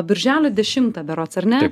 birželio dešimtą berods ar ne